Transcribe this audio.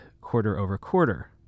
quarter-over-quarter